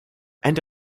and